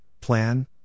plan